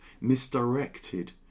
misdirected